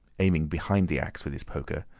aiming behind the axe with his poker,